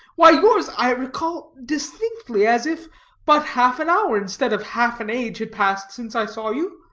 why yours i recall distinctly as if but half an hour, instead of half an age, had passed since i saw you.